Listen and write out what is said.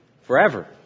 forever